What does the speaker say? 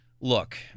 look